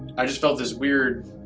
i just felt this weird